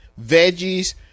veggies